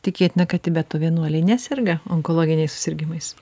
tikėtina kad tibeto vienuoliai neserga onkologiniais susirgimais